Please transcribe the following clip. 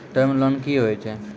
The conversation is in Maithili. टर्म लोन कि होय छै?